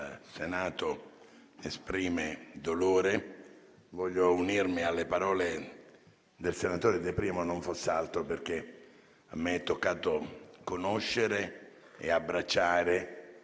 Senato esprime dolore, voglio unirmi alle parole del senatore De Priamo, non foss'altro perché a me è toccato conoscere e abbracciare